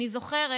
אני זוכרת